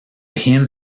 hymn